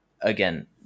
again